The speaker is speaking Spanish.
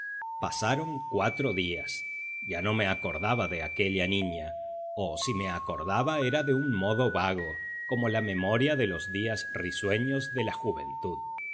pasaron cuatro días ya no me acordaba de aquella niña o si me acordaba era de un modo vago como la memoria de los días risueños de la juventud